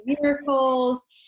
miracles